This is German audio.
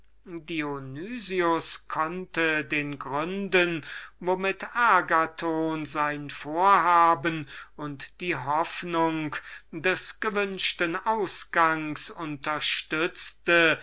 konnte den gründen womit agathon sein vorhaben und die hoffnung des gewünschten ausgangs unterstützte